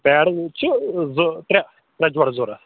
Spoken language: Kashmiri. پیڑ چھِ زٕ ترٛےٚ ترٛےٚ جورٕ ضوٚرتھ